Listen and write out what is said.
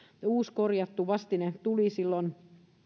uusi korjattu vastine tuli silloin